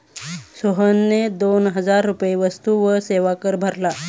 सोहनने दोन हजार रुपये वस्तू व सेवा कर भरला